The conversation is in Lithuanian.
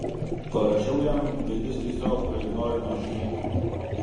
parašiau jam bet jis tiesiog praignorino žinutę